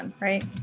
right